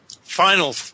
final